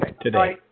today